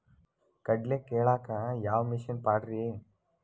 ಕಡ್ಲಿ ಕೇಳಾಕ ಯಾವ ಮಿಷನ್ ಪಾಡ್ರಿ?